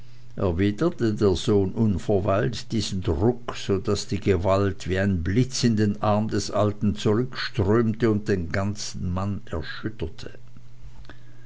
erwiderte der sohn unverweilt diesen druck so daß die gewalt wie ein blitz in den arm des alten zurückströmte und den ganzen mann gelinde erschütterte